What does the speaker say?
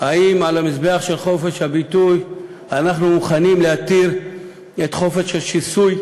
האם על המזבח של חופש הביטוי אנחנו מוכנים להתיר את חופש השיסוי?